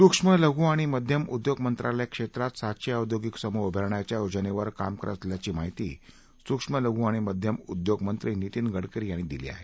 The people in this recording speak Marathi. सुक्ष्म लघू आणि मध्यम उद्योग मंत्रालय क्षेत्रात सातशे औद्योगिक समुह उभारण्याच्या योजनेवर काम करत असल्याची माहिती सुक्ष्म लघू आणि मध्यम उद्योग मंत्री नितीन गडकरी यांनी दिली आहे